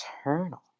eternal